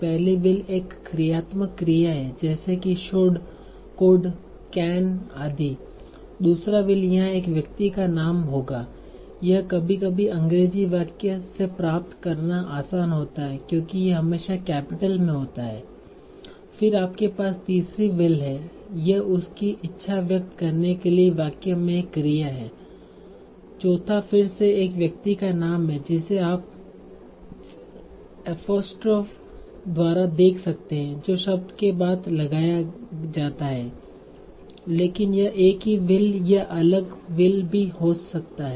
पहली will एक क्रियात्मक क्रिया है जैसे की शुड कुड केन आदि दूसरा will यहाँ एक व्यक्ति का नाम होगा यह कभी कभी अंग्रेजी वाक्य से प्राप्त करना आसान होता है क्योंकि यह हमेशा कैपिटल में होता है फिर आपके पास तीसरी will है यह उसकी इच्छा व्यक्त करने के लिए वाक्य में एक क्रिया है चौथा फिर से एक व्यक्ति का नाम है जिसे आप एपोस्ट्रोफ द्वारा देख सकते हैं जो शब्द के बाद लगाया जाता है लेकिन यह एक ही will या अलग will भी हो सकती है